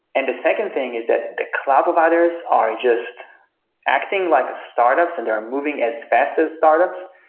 and the second thing is that the cloud providers are just acting like startups and they're moving as fast as startups.